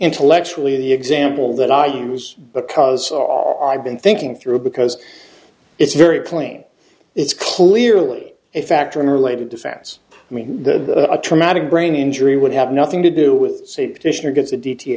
intellectually the example that i use because i've been thinking through because it's very plain it's clearly a factor in related defense i mean the a traumatic brain injury would have nothing to do with her gets a d t